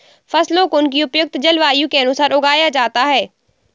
फसलों को उनकी उपयुक्त जलवायु के अनुसार उगाया जाता है